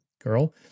girl